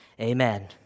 Amen